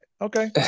Okay